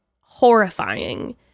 horrifying